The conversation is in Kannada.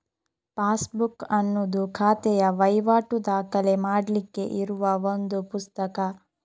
ಪಾಸ್ಬುಕ್ ಅನ್ನುದು ಖಾತೆಯ ವೈವಾಟು ದಾಖಲೆ ಮಾಡ್ಲಿಕ್ಕೆ ಇರುವ ಒಂದು ಪುಸ್ತಕ